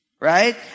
Right